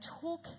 talk